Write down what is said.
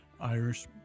Irish